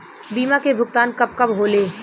बीमा के भुगतान कब कब होले?